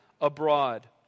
abroad